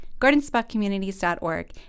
gardenspotcommunities.org